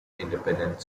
independent